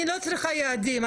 אני לא צריכה יעדים,